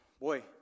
boy